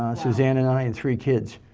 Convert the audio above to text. suzanne and i and three kids.